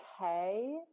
okay